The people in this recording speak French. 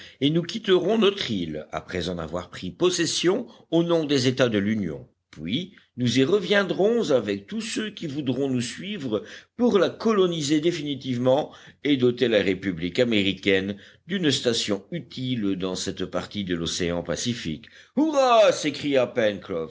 et nous quitterons notre île après en avoir pris possession au nom des états de l'union puis nous y reviendrons avec tous ceux qui voudront nous suivre pour la coloniser définitivement et doter la république américaine d'une station utile dans cette partie de l'océan pacifique hurrah s'écria pencroff